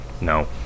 no